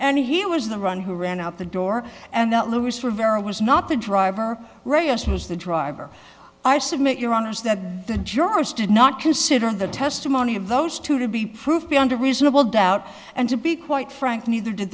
and he was the one who ran out the door and not lose for vera was not the driver readiest was the driver i submit your honour's that the jurors did not consider the testimony of those two to be proof beyond a reasonable doubt and to be quite frank neither did